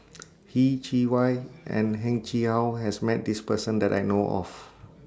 Yeh Chi Wei and Heng Chee How has Met This Person that I know of